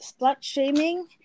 slut-shaming